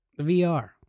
VR